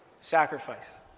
sacrifice